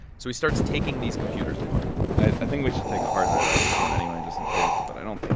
so he starts taking these computers apart i think we should take the hard drive out of this one anyway just in case, but i don't think